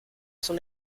son